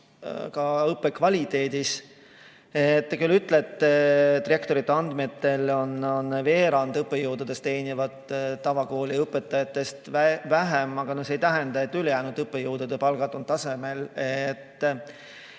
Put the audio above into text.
ka õppe kvaliteedis. Te küll ütlete, et rektorite andmetel veerand õppejõududest teenivad tavakooli õpetajatest vähem, aga see ei tähenda, et ülejäänud õppejõudude palgad on tasemel.